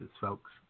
folks